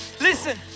Listen